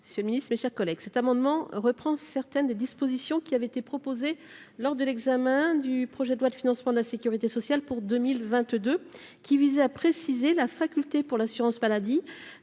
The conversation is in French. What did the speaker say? président, ce Ministre, mes chers collègues, cet amendement reprend certaines des dispositions qui avaient été proposées lors de l'examen du projet de loi de financement de la Sécurité sociale pour 2022, qui visait à préciser la faculté pour l'assurance maladie,